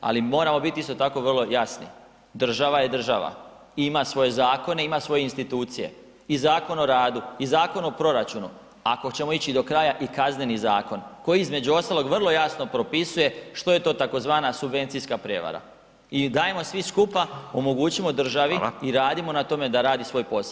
Ali moramo bit isto tako vrlo jasni, država je država, ima svoje zakone, ima svoje institucije i Zakon o radu i Zakon o proračunu, ako ćemo ići do kraja i Kazneni zakon koji između ostalog vrlo jasno propisuje što je to tzv. subvencijska prevara i dajmo svi skupa omogućimo državi [[Upadica: Fala…]] i radimo na tome da radi svoj posao.